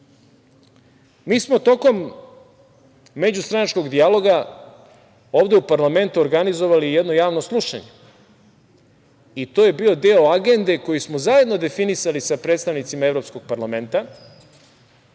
smo tokom međustranačkog dijaloga ovde u parlamentu organizovali jedno Javno slušanje i to je bio deo Agende koji smo zajedno definisali sa predstavnicima Evropskog parlamenta